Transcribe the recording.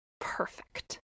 Perfect